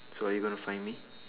so are you gonna find me